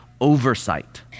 oversight